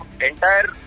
entire